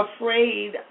afraid